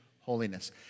holiness